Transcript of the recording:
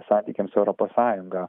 santykiams su europos sąjunga